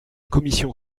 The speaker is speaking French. commission